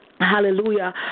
Hallelujah